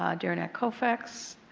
um derenak kaufax.